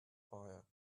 fire